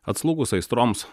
atslūgus aistroms